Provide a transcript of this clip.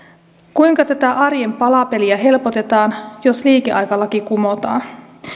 kuinka tätä arjen palapeliä helpotetaan jos liikeaikalaki kumotaan